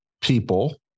people